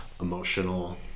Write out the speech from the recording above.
emotional